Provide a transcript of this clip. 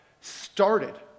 started